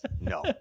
No